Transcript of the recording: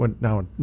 now